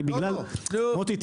מוטי,